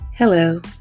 Hello